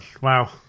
Wow